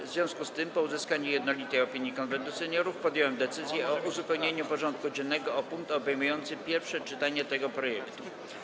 W związku z tym, po uzyskaniu jednolitej opinii Konwentu Seniorów, podjąłem decyzję o uzupełnieniu porządku dziennego o punkt obejmujący pierwsze czytanie tego projektu.